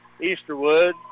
Easterwood